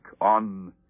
on